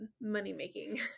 money-making